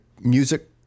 music